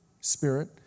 Spirit